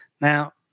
Now